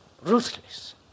ruthless